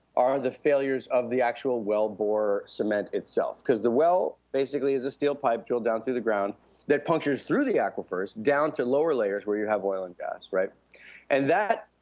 are the failures of the actual well bore cement itself. because the well basically is a steel pipe drilled down through the ground that punctures through the aquifers down to lower layers where you have oil and gas. and that